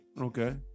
okay